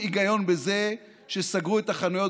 ואין שום היגיון בזה שסגרו את החנויות